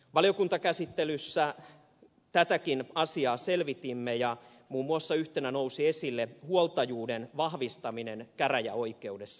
valiokuntakäsittelyssä tätäkin asiaa selvitimme ja muun muassa yhtenä ajatuksena nousi esille huoltajuuden vahvistaminen käräjäoikeudessa